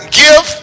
give